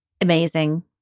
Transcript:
amazing